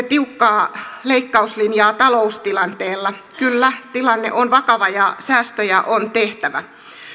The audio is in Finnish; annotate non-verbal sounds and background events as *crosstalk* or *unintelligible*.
*unintelligible* tiukkaa leikkauslinjaa taloustilanteella kyllä tilanne on vakava ja säästöjä on tehtävä